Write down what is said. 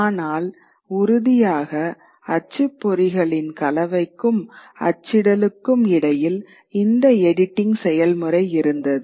ஆனால் உறுதியாக அச்சுப்பொறிகளின் கலவைக்கும் அச்சிடலுக்கும் இடையில் இந்த எடிட்டிங் செயல்முறை இருந்தது